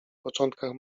początkach